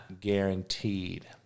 guaranteed